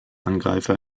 angreifer